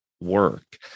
work